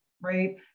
right